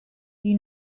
you